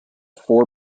four